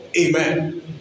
amen